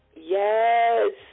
Yes